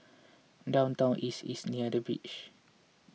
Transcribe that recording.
Downtown East is near the beach